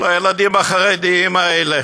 לילדים החרדים האלה.